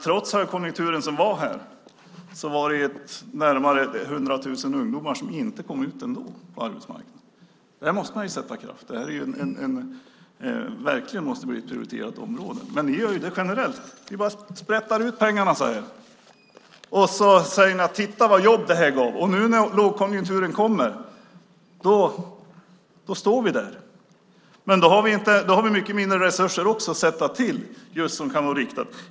Trots den högkonjunktur som vi hade var det närmare 100 000 ungdomar som inte kom ut på arbetsmarknaden. Där måste man sätta kraft. Detta måste verkligen bli ett prioriterat område. Men ni sprätter bara ut pengarna och säger: Titta vad många jobb det här gav. Nu när lågkonjunkturen kommer står vi där. Men då har vi mycket mindre riktade resurser.